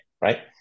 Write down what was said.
right